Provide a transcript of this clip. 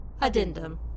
Addendum